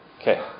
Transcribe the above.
Okay